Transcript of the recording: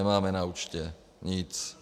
Nemáme na účtě nic.